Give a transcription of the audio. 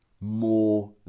more